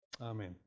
Amen